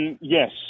yes